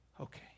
Okay